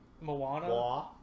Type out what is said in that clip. moana